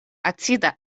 acida